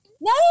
No